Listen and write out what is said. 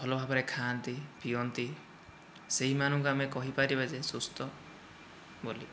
ଭଲ ଭାବରେ ଖାଆନ୍ତି ପିଅନ୍ତି ସେହିମାନଙ୍କୁ ଆମେ କହି ପାରିବା ଯେ ସୁସ୍ଥ ବୋଲି